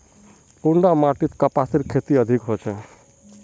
कुन माटित कपासेर खेती अधिक होचे?